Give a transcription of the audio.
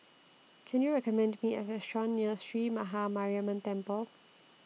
Can YOU recommend Me A Restaurant near Sree Maha Mariamman Temple